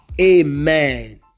Amen